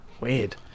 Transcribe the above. weird